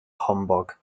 humbug